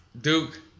Duke